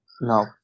No